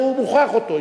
שהוא מוכרח אותו.